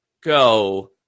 go